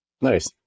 Nice